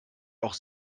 auch